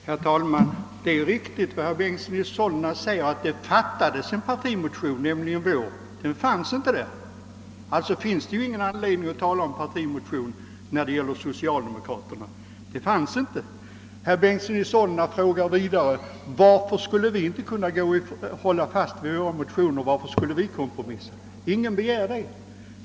Herr talman! Det är riktigt som herr Bengtson i Solna säger, att det fattades en partimotion, nämligen vår. Det finns ingen anledning att i detta sammanhang tala om en socialdemokratisk partimotion. Vidare frågar herr Bengtson i Solna, varför de borgerliga inte skulle kunna hålla fast vid sina motioner och varför de skulle kompromissa. Nej, ingen begär det.